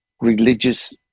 religious